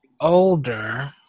older